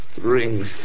Rings